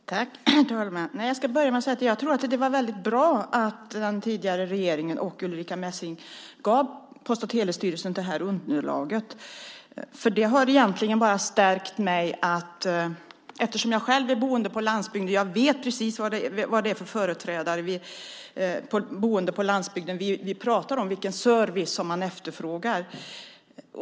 Herr talman! Jag ska börja med att säga att jag tror att det var väldigt bra att den tidigare regeringen och Ulrica Messing gav Post och telestyrelsen det här underlaget. Eftersom jag själv är boende på landsbygden vet jag precis vilka boende på landsbygden vi talar om och vilken service man efterfrågar.